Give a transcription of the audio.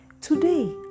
Today